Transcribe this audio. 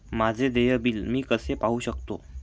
माझे देय बिल मी कसे पाहू शकतो?